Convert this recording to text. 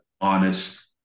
honest